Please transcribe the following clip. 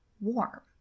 warm